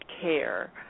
care